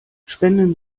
spenden